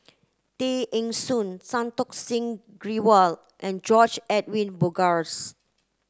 Tay Eng Soon Santokh Singh Grewal and George Edwin Bogaars